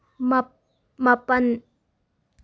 ꯃꯥꯄꯜ